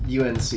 UNC